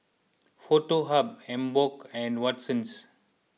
Foto Hub Emborg and Watsons